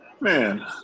Man